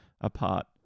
apart